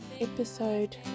episode